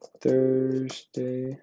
Thursday